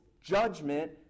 judgment